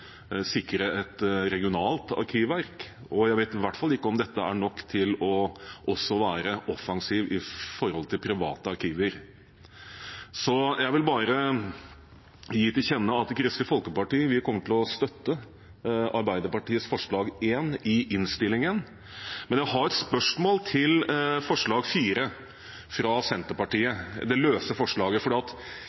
sikre et regionalt arkivverk, og jeg vet i hvert fall ikke om det er nok til også å være offensiv overfor private arkiver. Jeg vil gi til kjenne at Kristelig Folkeparti kommer til å støtte Arbeiderpartiets forslag nr. 1 i innstillingen. Men jeg har et spørsmål til forslag nr. 4, fra Senterpartiet, et av de løse forslagene, for i innstillingen fremmer de jo tre forslag, og når det